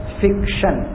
fiction